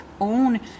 own